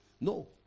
No